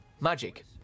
magic